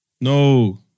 No